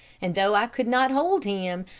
and though i could not hold him,